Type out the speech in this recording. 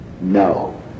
no